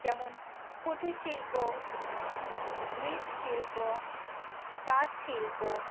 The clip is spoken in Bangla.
যেমন কুটিরশিল্প মৃৎশিল্প তাঁতশিল্প